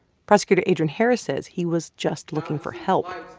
prosecutor adren harris says he was just looking for help.